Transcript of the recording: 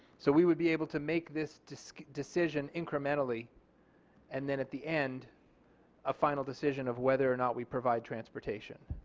so we would be able to make this decision decision incrementally and then at the end a final decision of whether or not we provide transportation.